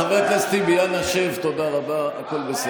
הינה, אתה רואה.